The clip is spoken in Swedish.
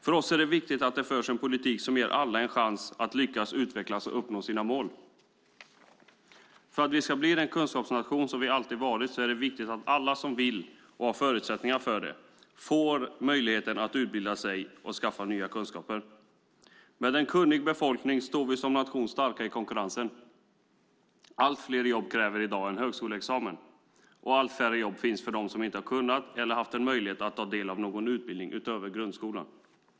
För oss är det viktigt att det förs en politik som ger alla en chans att lyckas, utvecklas och uppnå sina mål. För att vi ska fortsätta vara den kunskapsnation som vi alltid varit är det viktigt att alla som vill och har förutsättningar för det får möjligheten att utbilda sig och skaffa nya kunskaper. Med en kunnig befolkning står vi som nation starka i konkurrensen. Allt fler jobb kräver i dag en högskoleexamen, och allt färre jobb finns för dem som inte har kunnat eller haft möjlighet att ta del av någon utbildning utöver grundskolan.